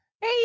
Hey